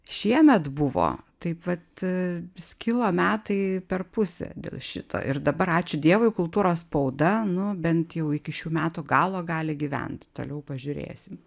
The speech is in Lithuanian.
šiemet buvo taip vat skilo metai per pusę dėl šito ir dabar ačiū dievui kultūros spauda nu bent jau iki šių metų galo gali gyventi toliau pažiūrėsim